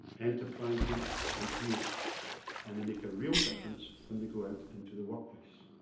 enterprising and creative and they make a real difference when they go out into the workplace.